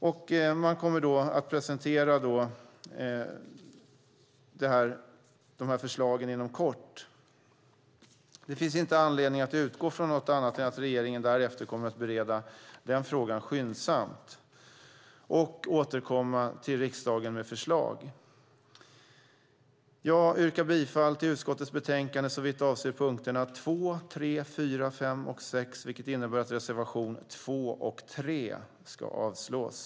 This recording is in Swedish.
De här förslagen kommer att presenteras inom kort. Det finns ingen anledning att utgå från något annat än att regeringen därefter kommer att bereda den frågan skyndsamt och återkomma till riksdagen med förslag. Jag yrkar bifall till förslaget i utskottets betänkande såvitt avser punkterna 2, 3, 4, 5 och 6, vilket innebär att reservation 2 och 3 ska avslås.